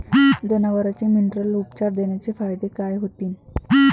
जनावराले मिनरल उपचार देण्याचे फायदे काय होतीन?